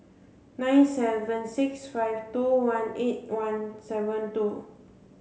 nine seven six five two one eight one seven two